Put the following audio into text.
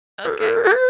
Okay